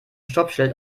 stoppschild